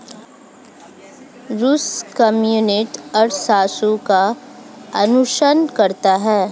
रूस कम्युनिस्ट अर्थशास्त्र का अनुसरण करता है